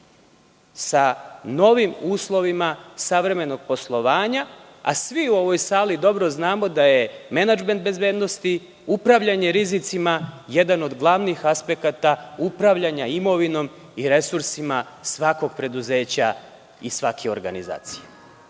sa novim uslovima savremenog poslovanja, a svi u ovoj sali dobro znamo da je menadžment bezbednosti, upravljanje rizicima jedan od glavnih aspekata upravljanja imovinom i resursima svakog preduzeća i svake organizacije. Napomenuću